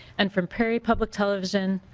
and from prairie public television